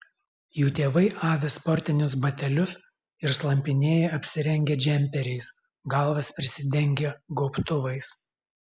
jų tėvai avi sportinius batelius ir slampinėja apsirengę džemperiais galvas prisidengę gobtuvais